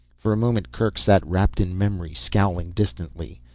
for a moment kerk sat wrapped in memory, scowling distantly.